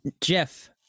Jeff